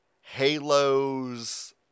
Halo's